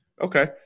Okay